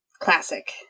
classic